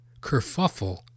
kerfuffle